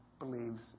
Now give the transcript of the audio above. believes